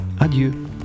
adieu